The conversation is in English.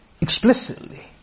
explicitly